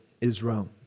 Israel